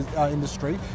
industry